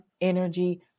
energy